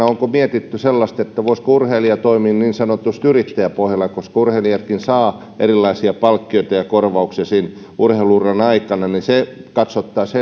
onko mietitty sellaista voisiko urheilija urheilijauran aikana toimia niin sanotusti yrittäjäpohjalta kun urheilijatkin saavat erilaisia palkkioita ja korvauksia siinä urheilu uran aikana niin se katsottaisiin